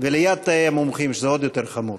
וליד תאי המומחים, שזה עוד יותר חמור.